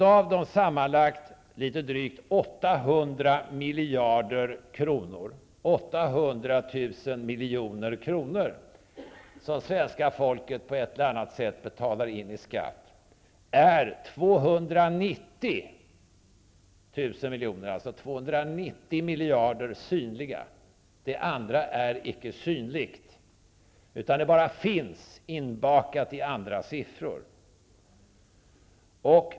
Av de sammanlagt litet drygt 800 miljarder kronor -- 800 000 miljoner -- som svenska folket på ett eller annat sätt betalar in i skatt är 290 miljarder -- alltså 290 000 miljoner -- synliga. Det andra är icke synligt, utan finns bara inbakat i andra siffror.